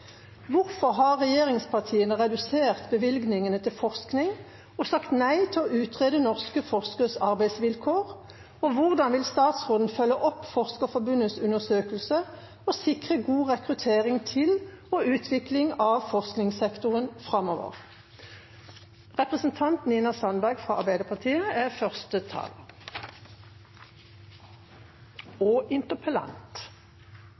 hvorfor regjeringspartiene har sagt nei til en bredere utredning av norske forskeres arbeidsvilkår. Mer konkret spør jeg hvordan statsråden framover vil følge opp undersøkelsen som jeg har referert til, og sikre god rekruttering til og utvikling av forskningssektoren. Arbeiderpartiet